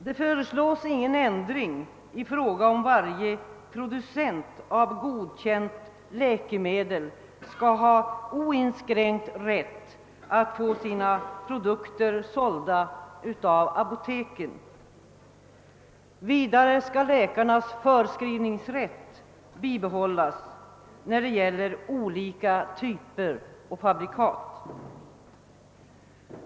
Det föreslås ingen ändring i den oinskränkta rätten för varje producent av godkända läkemedel att få sina produkter sålda av apoteken. Vidare skall läkarnas rätt att förskriva olika typer och fabrikat bibehållas.